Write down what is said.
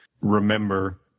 remember